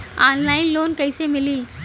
Online loan कइसे मिली?